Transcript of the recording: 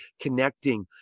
connecting